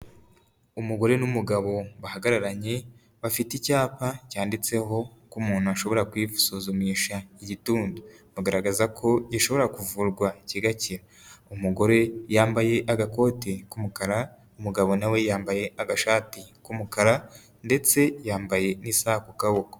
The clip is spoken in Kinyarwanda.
Umugore n'umugabo bahagararanye bafite icyapa cyanditseho ko umuntu ashobora kwisuzumisha igituntu, bagaragaza ko gishobora kuvurwa kigakira, umugore yambaye agakoti k'umukara umugabo nawe yambaye agashati k'umukara ndetse yambaye n'isa ku kaboko.